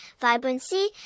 vibrancy